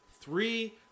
three